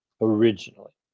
originally